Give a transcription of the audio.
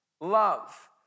love